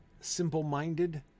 simple-minded